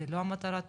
זה לא מטרת החוק,